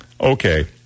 Okay